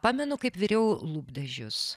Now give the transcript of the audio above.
pamenu kaip viriau lūpdažius